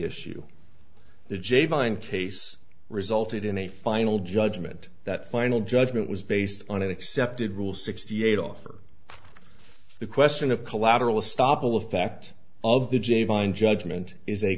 issue the jay vine case resulted in a final judgment that final judgment was based on an accepted rule sixty eight offer the question of collateral estoppel of fact of the j vine judgment is a